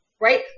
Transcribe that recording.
right